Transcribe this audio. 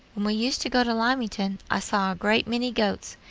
when we used to go to lymington, i saw a great many goats,